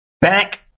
Back